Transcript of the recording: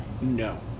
No